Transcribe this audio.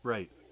Right